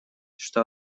что